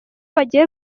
wagiye